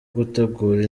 gutegura